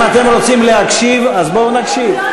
אם אתם רוצים להקשיב, אז בואו נקשיב.